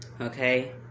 Okay